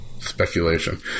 Speculation